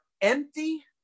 empty